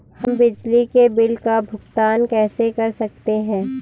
हम बिजली के बिल का भुगतान कैसे कर सकते हैं?